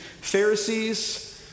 Pharisees